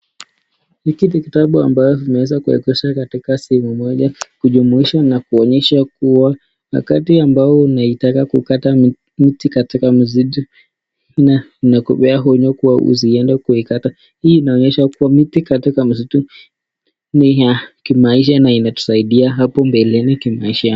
Hiki ni kitabu ambavyo vimeweza kuegeshwa katika sehemu moja kujumulisha na kuonyesha kuwa wakati ambao unaitaka kukata miti katika msitu, inakupa onyo kuwa usiende kuikata. Hii inaonyesha kuwa miti katika msitu ni ya kimaisha na inatusaidia hapo mbeleni kimaisha.